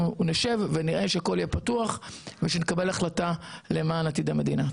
נשב ונקבל החלטה למען עתיד המדינה.